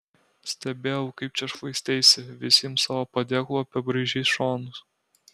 stebėjau kaip čia šlaisteisi visiems savo padėklu apibraižei šonus